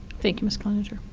thank you, mrs. cloninger.